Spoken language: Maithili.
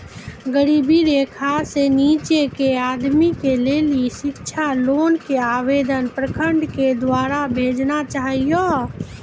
गरीबी रेखा से नीचे के आदमी के लेली शिक्षा लोन के आवेदन प्रखंड के द्वारा भेजना चाहियौ?